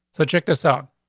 so check this out.